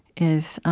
is